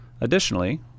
Additionally